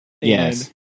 Yes